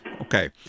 Okay